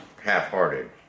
half-hearted